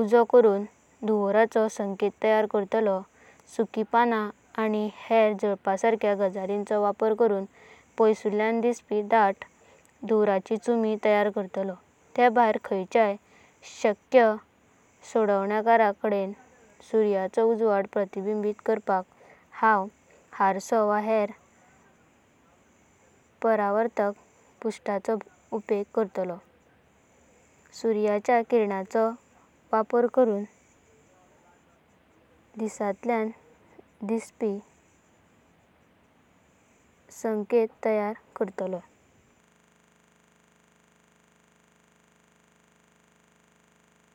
उजो सुरू करून धूमवराचो संकेत तैयार करतालो। सुकि पानां, तणाक आनी हेर जलापसराक्या गजालिनचो वापार करून पायसुल्याणा दिसापी धता। धूमवराचो चोमो तैयार करतालो। ते भयारां खान्याच्याया सकाया सोडवणांदर काडेना सूरयाचो उजवाड। पधिबिंबी करपाका हांव अर्शो वा हेर परावर्तक पृष्ठाचो उपेग करतालो। सूरयाच्या किरणांचो वापार करून दिसांतल्याणा दिसापी लकळकित संकेत तैयार करतालों। ह्या पद्धतिन्नी टीकून रवून आनि एकरसताया तलपा खातीर। म्हाज्या संकेतांत बदल करून निमाणे गोपुरांतल्याणा म्हाजी सोडवणुका बलायकित। दावारेक गारजेची माजता दिवापी कोणाक तरी लक्ष ओडुन घेतलों असो म्हाका विश्वास आस।